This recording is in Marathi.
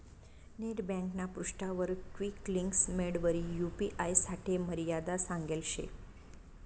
नेट ब्यांकना पृष्ठावर क्वीक लिंक्स मेंडवरी यू.पी.आय साठे मर्यादा सांगेल शे